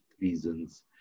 reasons